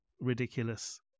ridiculous